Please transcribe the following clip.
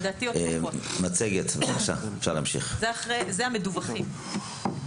אלה המדווחים.